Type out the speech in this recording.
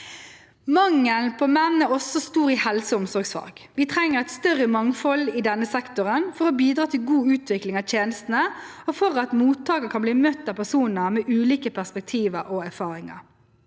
Mangelen på menn er også stor innen helse- og omsorgsfag. Vi trenger et større mangfold i denne sektoren for å bidra til god utvikling av tjenestene og for at mottakerne kan bli møtt av personer med ulike perspektiver og erfaringer.